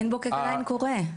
עין בוקק עדיין קורה.